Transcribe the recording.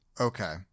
Okay